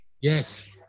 Yes